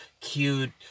cute